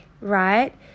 right